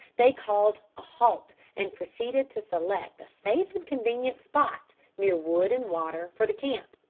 they called a halt, and proceeded to select a safe and convenient spot, near wood and water, for the camp.